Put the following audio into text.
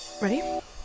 Ready